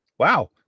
Wow